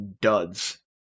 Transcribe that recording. duds